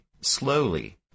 slowly